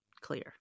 clear